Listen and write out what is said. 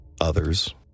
others